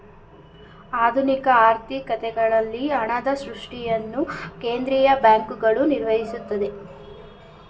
ಆಧುನಿಕ ಆರ್ಥಿಕತೆಗಳಲ್ಲಿ ಹಣದ ಸೃಷ್ಟಿಯನ್ನು ಕೇಂದ್ರೀಯ ಬ್ಯಾಂಕ್ಗಳು ನಿಯಂತ್ರಿಸುತ್ತೆ